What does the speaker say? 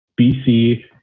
BC